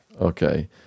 Okay